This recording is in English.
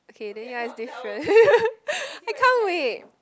okay then ya it's different I can't wait